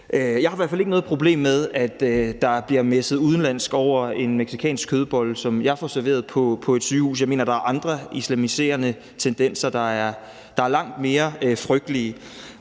Jeg har i hvert fald ikke noget problem med, at der bliver messet på udenlandsk over en mexicansk kødbolle, som jeg får serveret på et sygehus. Jeg mener, at der er andre islamiserende tendenser, der er langt mere frygtelige.